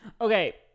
Okay